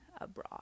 Abroad